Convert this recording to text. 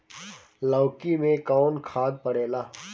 लौकी में कौन खाद पड़ेला?